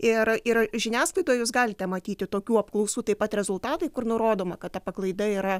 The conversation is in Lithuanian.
ir ir žiniasklaidoj jūs galite matyti tokių apklausų taip pat rezultatai kur nurodoma kad ta paklaida yra